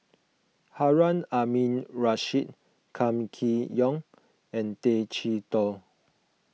Harun Aminurrashid Kam Kee Yong and Tay Chee Toh